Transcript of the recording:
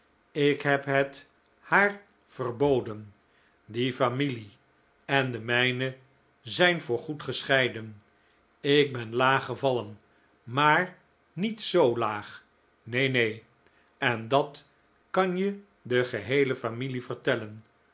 ik heb het haar verboden die familie en de mijne zijn voorgoed gescheiden ik ben laag gevallen maar niet zoo laag neen neen en dat kan je de geheele familie vertellen